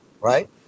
right